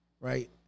Right